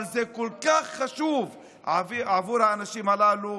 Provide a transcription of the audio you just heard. אבל זה כל כך חשוב עבור האנשים הללו.